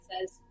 says